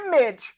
image